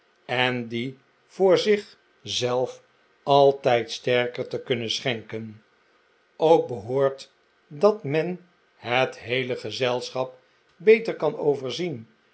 en die voor zich zelf altijd sterker te kunnen schenken ook behoort dat men het heele gezelschap beter kan overzien